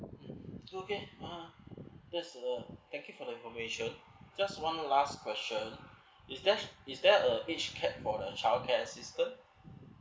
okay uh that's uh thank you for the information just one last question is that is there uh hatch care for the child care assistance